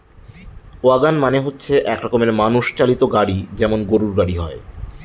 wagon মানে হচ্ছে এক রকমের মানুষ চালিত গাড়ি যেমন গরুর গাড়ি হয়